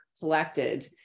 collected